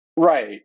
right